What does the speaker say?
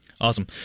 Awesome